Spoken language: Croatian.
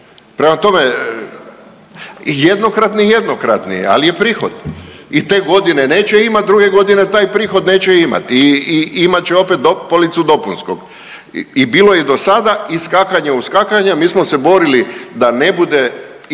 prema tome jednokratni, jednokratni, ali je prihod i te godine neće imat, druge godine taj prihod neće imati i imat će opet policu dopunskog. I bilo je do sada iskakanja uskakanja, mi smo se borili da ne bude ispadanja